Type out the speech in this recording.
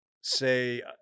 say